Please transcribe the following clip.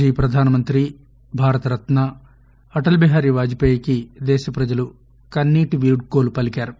జీప్రధానమంత్రిభారతరత్న అటల్బీహారీవాజ్పేయికిదేశప్రజలుకన్నీ టివీడ్కోలుపలికారు